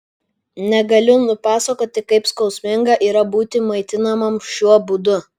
negaliu nupasakoti kaip skausminga yra būti maitinamam šiuo būdu